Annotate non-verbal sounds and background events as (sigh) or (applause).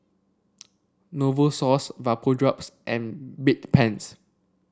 Novosource Vapodrops and (unintelligible) (noise) Bedpans